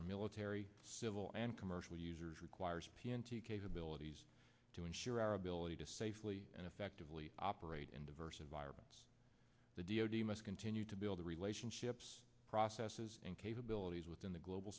our military civil and commercial users requires p n t capabilities to ensure our ability to safely and effectively operate in diverse environments the d o d must continue to build the relationships processes and capabilities within the global